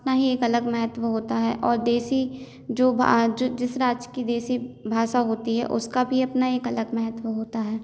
अपना ही एक अलग महत्व होता है और देशी जो जिस राज्य की देशी भाषा होती है उसका भी अपना एक अलग महत्व होता है